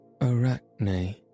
Arachne